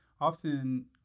often